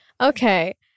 Okay